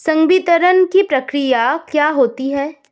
संवितरण की प्रक्रिया क्या होती है?